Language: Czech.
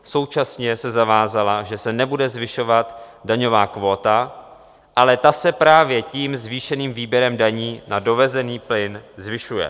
Současně se zavázala, že se nebude zvyšovat daňová kvóta, ale ta se právě tím zvýšeným výběrem daní na dovezený plyn zvyšuje.